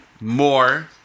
more